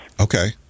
Okay